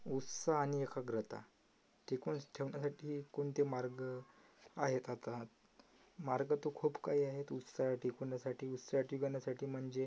उत्साह आणि एकाग्रता टिकवून ठेवण्यासाठी कोणते मार्ग आहेत हातात मार्ग तर खूप काही आहेत उत्साह टिकवण्यासाठी उत्साह टिकवण्यासाठी म्हणजे